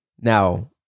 Now